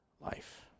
life